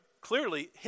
Clearly